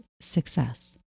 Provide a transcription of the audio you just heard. success